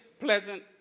pleasant